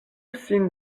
sin